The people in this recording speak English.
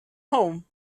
home